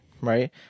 right